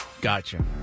Gotcha